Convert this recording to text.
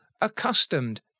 accustomed